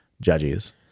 judges